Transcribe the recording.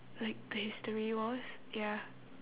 like the history was ya